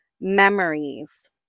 memories